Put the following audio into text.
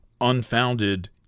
unfounded